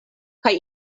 kaj